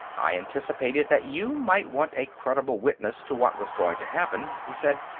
i anticipated that you might want a credible witness to what was going to happen, he said.